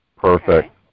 Perfect